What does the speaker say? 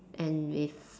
and with